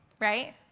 right